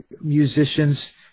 musicians